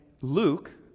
Luke